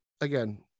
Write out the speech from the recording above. Again